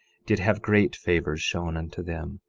did have great favors shown unto them,